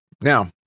Now